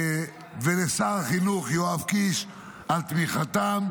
ולשר החינוך יואב קיש, על תמיכתם,